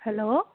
hello